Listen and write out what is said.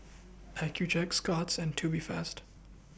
Accucheck Scott's and Tubifast